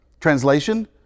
Translation